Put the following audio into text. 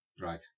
Right